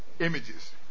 images